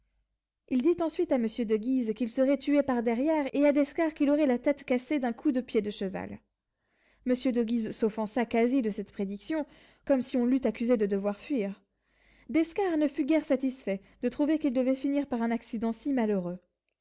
il dit ensuite à monsieur de guise qu'il serait tué par derrière et à d'escars qu'il aurait la tête cassée d'un coup de pied de cheval monsieur de guise s'offensa quasi de cette prédiction comme si on l'eût accusé de devoir fuir d'escars ne fut guère satisfait de trouver qu'il devait finir par un accident si malheureux